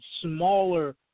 smaller